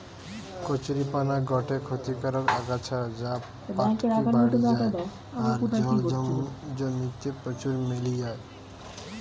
কচুরীপানা গটে ক্ষতিকারক আগাছা যা পটকি বাড়ি যায় আর জলা জমি তে প্রচুর মেলি যায়